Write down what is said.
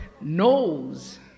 knows